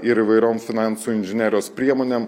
ir įvairiom finansų inžinerijos priemonėm